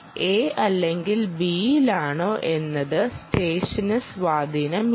A അല്ലെങ്കിൽ Bയിലാണോ എന്നത് സ്റ്റെഷന് സ്വാധീനമില്ല